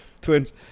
twins